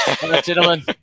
Gentlemen